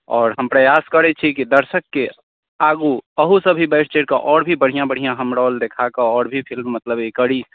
आओर हम प्रयास करै छी कि दर्शकके आगू अहूसँ भी बढ़ि चढ़िकऽ आओर भी बढ़िआँ बढ़िआँ हम रोल देखाकऽ आओर भी फिल्म मतलब करी